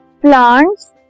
plants